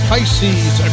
Pisces